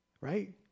Right